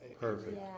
Perfect